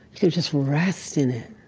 can just rest in it.